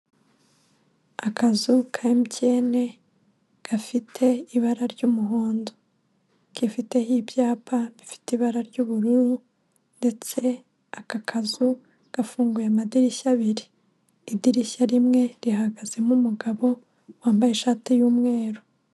Akazu ka MTN gafite ibara ry'umuhondo, kifiteho ibyapa bifite ibara ry'ubururu ndetse aka kazu gafunguye amadirishya abiri. Idirishya rimwe rihagazemo mugabo, wambaye ishati y'umweru.